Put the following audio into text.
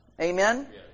amen